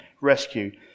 rescue